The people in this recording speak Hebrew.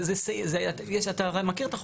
יש, הרי אתה מכיר את החוק.